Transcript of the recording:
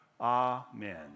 Amen